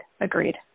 Agreed